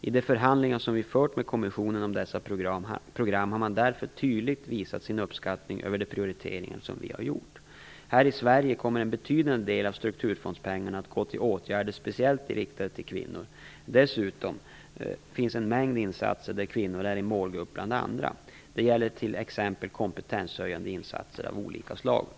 I de förhandlingar som vi fört med kommissionen om dessa program har man därför tydligt visat sin uppskattning över de prioriteringar som vi har gjort. Här i Sverige kommer en betydande del av strukturfondspengarna att gå till åtgärder speciellt riktade till kvinnor. Dessutom finns en mängd insatser där kvinnor är en målgrupp bland andra. Det gäller t.ex. kompetenshöjande insatser av olika slag.